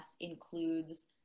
includes